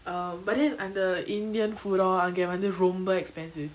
um but then அந்த:antha indian food or அங்கவந்து ரொம்ப:angavanthu romba expensive